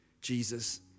Jesus